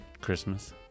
Christmas